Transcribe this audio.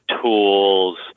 tools